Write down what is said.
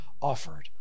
offered